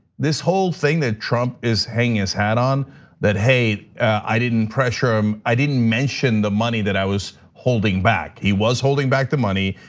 this whole thing that trump is hanging his hat on that, hey, i didn't pressure him. i didn't mention the money that i was holding back. he was holding back the money.